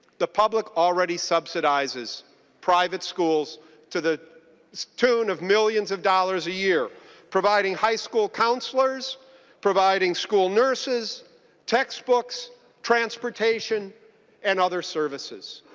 the public already subsidizes private schools to the tune of millions of dollars a year providing high school counselors providing school nurses textbooks transportation and other services.